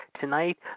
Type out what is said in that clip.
tonight